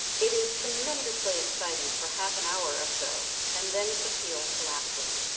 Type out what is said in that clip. it is tremendously exciting for half an hour or so and then its appeal collapses.